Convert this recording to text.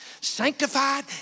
sanctified